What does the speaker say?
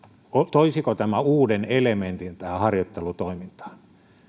toisiko tämä uuden elementin tähän harjoittelutoimintaan